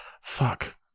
Fuck